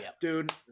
Dude